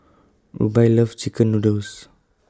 Rubye loves Chicken Noodles